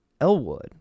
Elwood